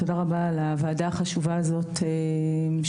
תודה רבה על הוועדה החשובה הזאת שהיא